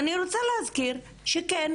ואני רוצה להזכיר שכן,